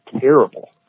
terrible